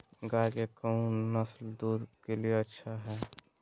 गाय के कौन नसल दूध के लिए अच्छा है?